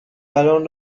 الان